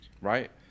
right